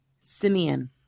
Simeon